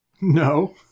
No